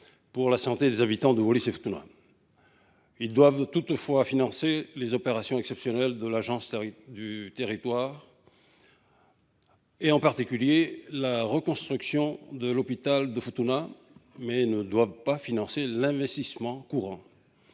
de la santé des habitants de Wallis et Futuna. Ils doivent toutefois financer les opérations exceptionnelles de l’agence de santé, en particulier la reconstruction de l’hôpital de Futuna, mais ne doivent pas financer l’investissement courant.